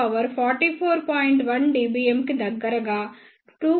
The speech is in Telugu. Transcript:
1 dBm కి దగ్గరగా 2